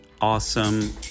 awesome